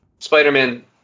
Spider-Man